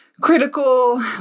critical